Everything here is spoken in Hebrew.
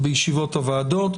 בישיבות הוועדות,